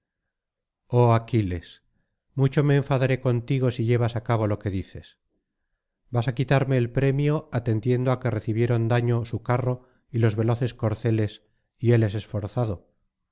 oh aquiles mucho me enfadaré contigo si llevas al cabo lo que dices vas á quitarme el premio atendiendo á que recibieron daño su carro y los veloces corceles y él es esforzado